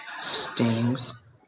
Stings